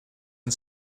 and